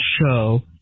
show